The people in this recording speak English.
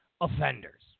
offenders